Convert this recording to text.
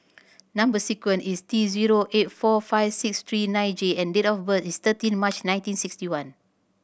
number sequence is T zero eight four five six three nine J and date of birth is thirteen March nineteen sixty one